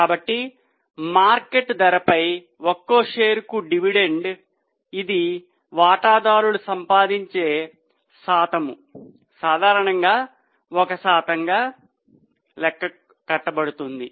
కాబట్టి మార్కెట్ ధరపై ఒక్కో షేరుకు డివిడెండ్ ఇది వాటాదారులు సంపాదించే శాతం సాధారణంగా ఒక శాతంగా లెక్కించబడుతుంది